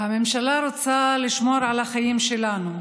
הממשלה רוצה לשמור על החיים שלנו,